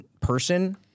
person